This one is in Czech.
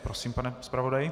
Prosím, pane zpravodaji.